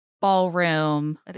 ballroom